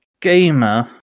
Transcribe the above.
Gamer